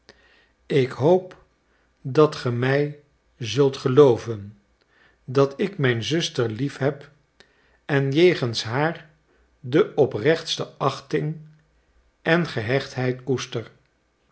ik hoop dat ge mij zult gelooven dat ik mijn zuster lief heb en jegens haar de oprechtste achting en gehechtheid koester